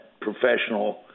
professional